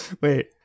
Wait